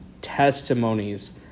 testimonies